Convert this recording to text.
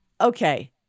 Okay